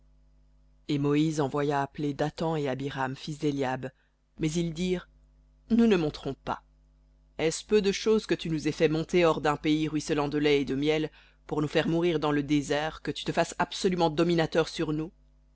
et moïse envoya appeler dathan et abiram fils d'éliab mais ils dirent nous ne monterons pas est-ce peu de chose que tu nous aies fait monter hors d'un pays ruisselant de lait et de miel pour nous faire mourir dans le désert que tu te fasses absolument dominateur sur nous